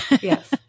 Yes